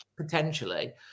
potentially